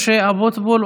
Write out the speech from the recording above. משה אבוטבול,